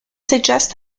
suggests